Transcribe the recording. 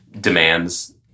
demands